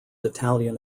italian